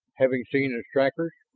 having seen his trackers?